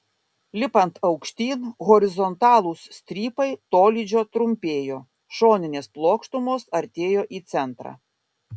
lipant aukštyn horizontalūs strypai tolydžio trumpėjo šoninės plokštumos artėjo į centrą